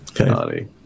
Okay